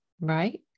Right